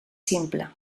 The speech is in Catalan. simple